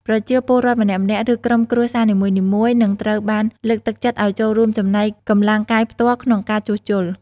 ប្រជាពលរដ្ឋម្នាក់ៗ ឬក្រុមគ្រួសារនីមួយៗនឹងត្រូវបានលើកទឹកចិត្តឲ្យចូលរួមចំណែកកម្លាំងកាយផ្ទាល់ក្នុងការជួសជុល។